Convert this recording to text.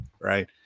right